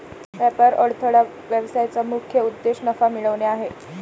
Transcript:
व्यापार अडथळा व्यवसायाचा मुख्य उद्देश नफा मिळवणे आहे